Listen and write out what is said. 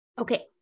Okay